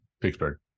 Pittsburgh